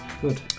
Good